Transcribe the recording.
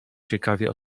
ciekawie